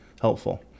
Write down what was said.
helpful